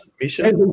Misha